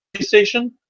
Station